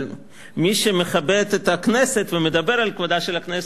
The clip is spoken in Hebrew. אבל מי שמכבד את הכנסת ומדבר על כבודה של הכנסת,